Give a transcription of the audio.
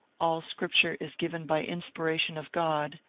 all scripture is given by inspiration of god,